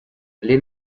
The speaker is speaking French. les